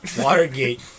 Watergate